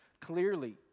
clearly